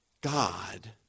God